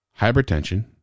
hypertension